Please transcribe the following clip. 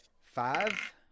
Five